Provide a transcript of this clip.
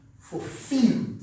fulfilled